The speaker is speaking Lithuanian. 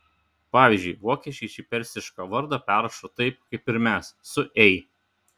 pavyzdžiui vokiečiai šį persišką vardą perrašo taip kaip ir mes su ei